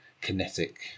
kinetic